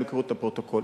הם יקראו את הפרוטוקול.